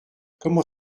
comment